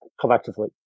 collectively